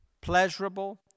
pleasurable